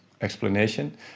explanation